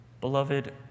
Beloved